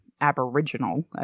Aboriginal